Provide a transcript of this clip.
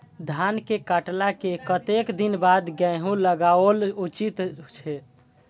धान के काटला के कतेक दिन बाद गैहूं लागाओल उचित छे?